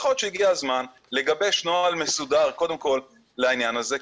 יכול להיות שהגיע הזמן לגבש נוהל מסודר קודם כל לעניין הזה,